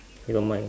he don't mind